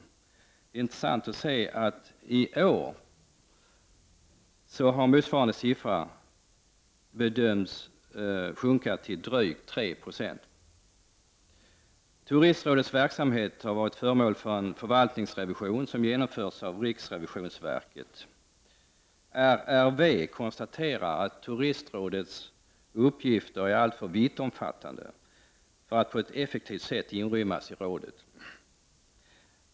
Det är intressant att se att motsvarande siffra i år bedöms ha sjunkit till drygt 3 90. Turistrådets verksamhet har varit föremål för en förvaltningsrevision som genomförts av riksrevisionsverket. RRV konstaterar att Turistrådets uppgifter är alltför vittomfattande för att på ett effektivt sätt inrymmas i rådets verksamhet.